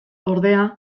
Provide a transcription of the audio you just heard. ordea